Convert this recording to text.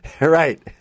right